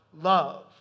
love